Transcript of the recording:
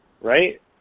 right